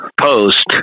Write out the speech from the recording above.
post